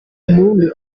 umurundi